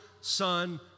Son